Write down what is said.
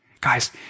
Guys